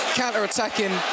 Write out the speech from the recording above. counter-attacking